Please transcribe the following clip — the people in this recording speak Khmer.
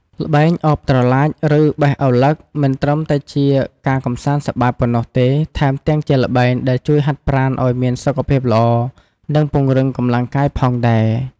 ល្បែងឱបត្រឡាច ឬបេះឳឡឹក មិនត្រឹមតែជាការកម្សាន្តសប្បាយប៉ុណ្ណោះទេ ថែមទាំងជាល្បែងដែលជួយហាត់ប្រាណឲ្យមានសុខភាពល្អ និងពង្រឹងកម្លាំងកាយផងដែរ។